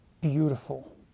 beautiful